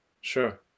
Sure